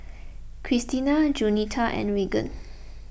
Christena Jaunita and Regan